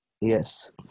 Yes